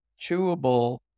chewable